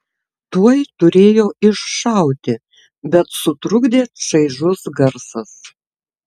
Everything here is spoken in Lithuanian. tuoj turėjo iššauti bet sutrukdė čaižus garsas